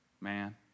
man